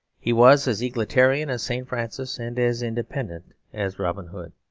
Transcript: he was as egalitarian as st. francis, and as independent as robin hood.